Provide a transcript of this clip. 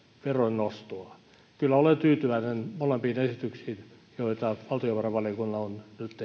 veron nostoa kyllä olen tyytyväinen molempiin esityksiin joita valtiovarainvaliokunta on nyt